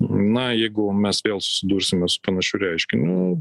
na jeigu mes vėl susidursime su panašiu reiškiniu